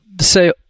say